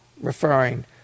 referring